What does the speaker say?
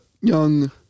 young